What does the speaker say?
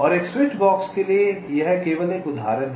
और एक स्विचबॉक्स के लिए यह केवल एक उदाहरण है